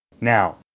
Now